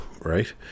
right